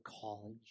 college